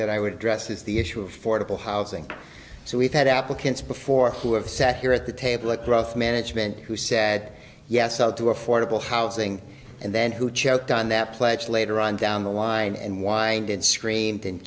that i would address is the issue of fordable housing so we've had applicants before who have sat here at the table across management who said yes out to affordable housing and then who choked on that pledge later on down the line and wind and screamed and